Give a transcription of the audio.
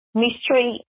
mistreat